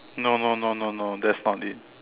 no no no no no that's not it